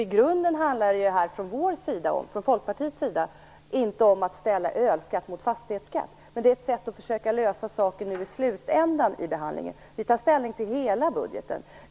I grunden handlar det för Folkpartiet inte om att ställa ölskatt mot fastighetsskatt, utan det är ett sätt att lösa problemet i slutändan av behandlingen. Vi tar ställning till hela budgeten.